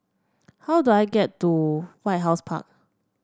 how do I get to White House Park